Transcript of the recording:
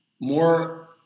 more